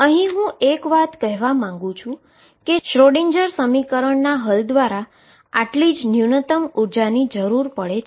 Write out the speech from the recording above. અહી હુ એક વાત કરવા માંગુ છું કે શ્રોડિન્જર Schrödinger સમીકરણને હલ કરવા દ્વારા આટલી જ ન્યુનતમ એનર્જી ની જરૂર પડે છે